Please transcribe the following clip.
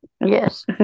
Yes